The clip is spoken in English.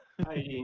Hi